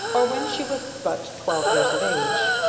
or when she was but twelve years of age.